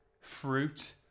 fruit